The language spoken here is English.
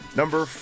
number